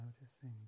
noticing